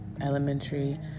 elementary